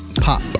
Pop